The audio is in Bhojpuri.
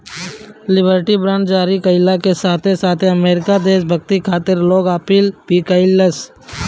लिबर्टी बांड जारी कईला के साथे साथे अमेरिका देशभक्ति खातिर लोग से अपील भी कईलस